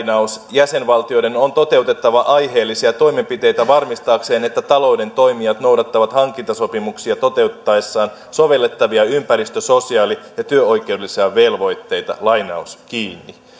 jäsenvaltioiden on toteutettava aiheellisia toimenpiteitä varmistaakseen että talouden toimijat noudattavat hankintasopimuksia toteuttaessaan sovellettavia ympäristö sosiaali ja työoikeudellisia velvoitteita